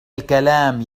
الكلام